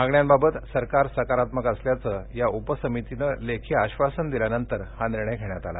मागण्यांबाबत सरकार सकारात्मक असल्याचं या उपसमितीनं लेखी आश्वासन दिल्यानंतर हा निर्णय घेण्यात आला